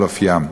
על אופיים.